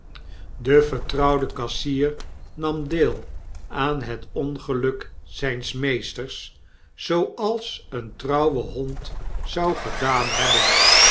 de vertrouwde kassier nam deel aan het ongeluk zijns meesters zooals een trouwe hond zou gedaan hebben